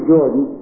Jordan